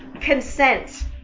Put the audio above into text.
consent